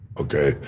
okay